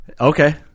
okay